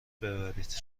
ببرید